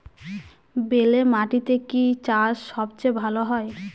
বেলে মাটিতে কি চাষ সবচেয়ে ভালো হয়?